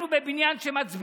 אנחנו בבניין שמצביעים.